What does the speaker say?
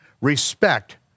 respect